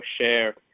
share